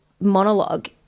monologue